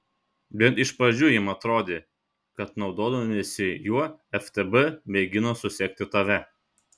bent iš pradžių jam atrodė kad naudodamiesi juo ftb mėgino susekti tave